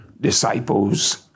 disciples